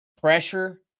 pressure